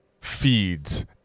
feeds